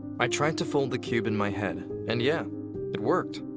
i tried to fold the cube in my head and yeah it worked!